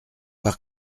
par